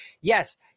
Yes